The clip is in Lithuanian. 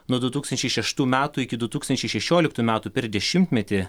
nuo du tūkstančiai šeštų metų iki du tūkstančiai šešioliktų metų per dešimtmetį